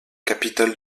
capitale